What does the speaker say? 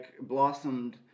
blossomed